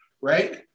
right